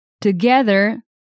Together